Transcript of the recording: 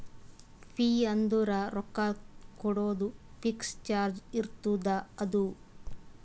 fee ಅಂದುರ್ ರೊಕ್ಕಾ ಕೊಡೋದು ಫಿಕ್ಸ್ ಚಾರ್ಜ್ ಇರ್ತುದ್ ಅದು